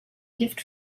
gift